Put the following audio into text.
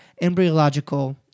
embryological